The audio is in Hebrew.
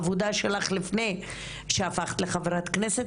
בעבודה שלך לפני שהפכת לחברת כנסת,